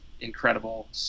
incredible